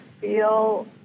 feel